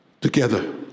Together